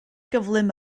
gyflym